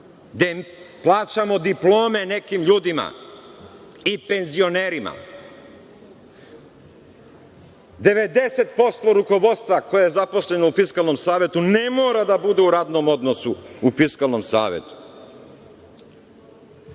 gde plaćamo diplome nekim ljudima i penzionerima. Devedeset posto rukovodstva koje je zaposleno u Fiskalnom savetu ne mora da bude u radnom odnosu u Fiskalnom savetu.